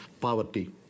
poverty